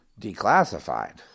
declassified